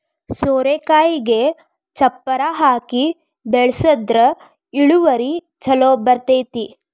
ಸೋರೆಕಾಯಿಗೆ ಚಪ್ಪರಾ ಹಾಕಿ ಬೆಳ್ಸದ್ರ ಇಳುವರಿ ಛಲೋ ಬರ್ತೈತಿ